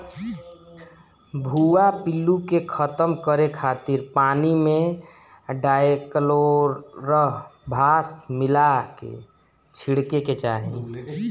भुआ पिल्लू के खतम करे खातिर पानी में डायकलोरभास मिला के छिड़के के चाही